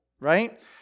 right